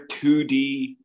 2D